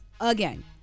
again